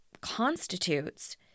constitutes